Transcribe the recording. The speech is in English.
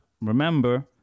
remember